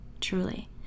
truly